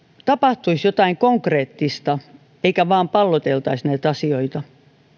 tapahtuisi jotain konkreettista eikä vain palloteltaisi näitä asioita